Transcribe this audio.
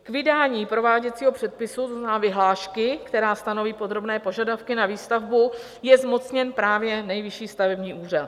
K vydání prováděcího předpisu, to znamená vyhlášky, která stanoví podrobné požadavky na výstavbu, je zmocněn právě Nejvyšší stavební úřad.